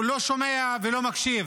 הוא לא שומע ולא מקשיב,